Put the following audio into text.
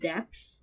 Depth